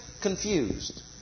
confused